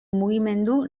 mugimendu